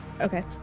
Okay